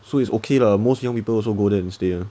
so it's okay lah most young people also go there instead